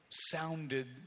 sounded